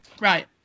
Right